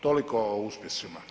Toliko o uspjesima.